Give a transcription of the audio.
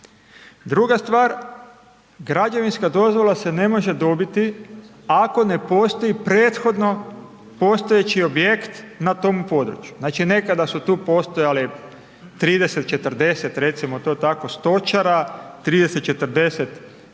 Druga stvar građevinska dozvola se ne može dobiti, ako ne postoji prethodno postojeći objekt na tom području. Znači nekada su to postojale 30, 40 recimo to tako stočara, 30, 40